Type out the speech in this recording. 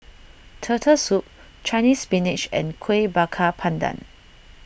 Turtle Soup Chinese Spinach and Kuih Bakar Pandan